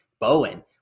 Bowen